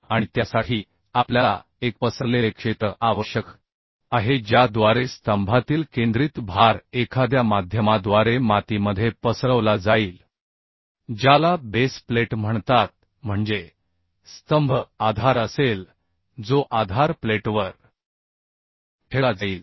आणि त्यासाठी आपल्याला एक पसरलेले क्षेत्र आवश्यक आहे ज्याद्वारे स्तंभातील केंद्रित भार एखाद्या माध्यमाद्वारे मातीमध्ये पसरवला जाईल ज्याला बेस प्लेट म्हणतात म्हणजे स्तंभ आधार असेल जो आधार प्लेटवर ठेवला जाईल